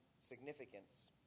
significance